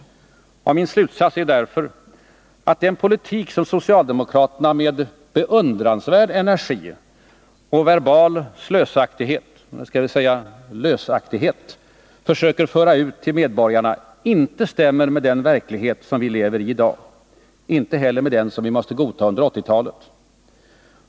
Min slutsats är därför att den politik som socialdemokraterna med beundransvärd energi och med verbal slösaktighet, eller skall vi säga lösaktighet, försöker föra ut till medborgarna inte stämmer med den verklighet som vi lever i i dag. Den stämmer inte heller med den som vi måste godta under 1980-talet.